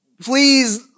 please